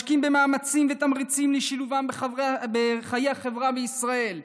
משקיעים מאמצים ותמריצים בשילובם בחיי החברה בישראל,